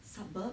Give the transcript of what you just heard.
suburb